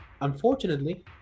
unfortunately